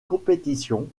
compétition